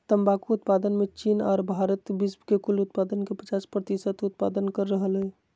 तंबाकू उत्पादन मे चीन आर भारत विश्व के कुल उत्पादन के पचास प्रतिशत उत्पादन कर रहल हई